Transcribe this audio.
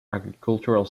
agricultural